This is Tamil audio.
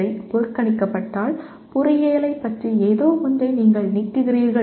இவை புறக்கணிக்கப்பட்டால் பொறியியலைப் பற்றி ஏதோ ஒன்றை நீங்கள் நீக்குகிறீர்கள்